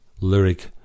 lyric